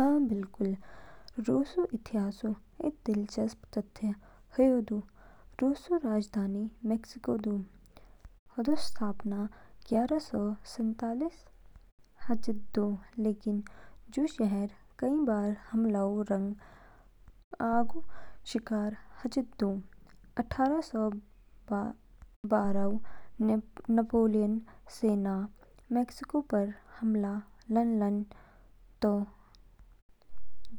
अ, बिल्कुल। रूसऊ इतिहासऊ इद दिलचस्प तथ्य ह्यू दू। रूसऊ राजधानी मॉस्को दू होदो स्थापना ग्यारह सौ सैतालीस हाचिद दू, लेकिन जू शहर कई बार हमलऊ रंग आगऊ शिकार हिचिसदू। अट्ठारह सौ बारहऊ, नेपोलियनऊ सेना मॉस्को पर हमला लानलान तो